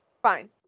fine